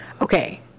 Okay